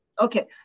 Okay